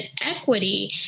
equity